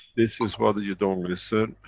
this is what, you don't listen,